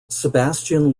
sebastian